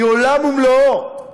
היא עולם ומלואו.